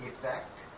effect